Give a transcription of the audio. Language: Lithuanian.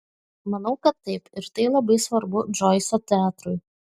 manau kad taip ir tai labai svarbu džoiso teatrui